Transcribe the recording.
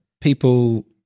people